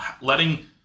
letting